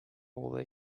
all